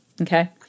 Okay